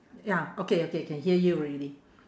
ya okay okay can hear you already